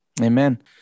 Amen